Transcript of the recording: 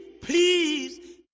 please